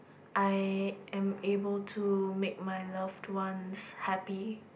I am able to make my loved ones happy